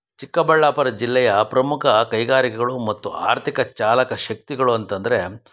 ಚಿಕ್ಕಬಳ್ಳಾಪುರ ಜಿಲ್ಲೆಯ ಪ್ರಮುಖ ಕೈಗಾರಿಕೆಗಳು ಮತ್ತು ಆರ್ಥಿಕ ಚಾಲಕ ಶಕ್ತಿಗಳು ಅಂತಂದರೆ